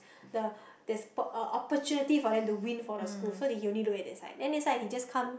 the there's po~ opportunity for them to win for the school so he only look that side then this side he just come